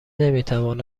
نمیتواند